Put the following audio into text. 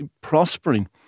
prospering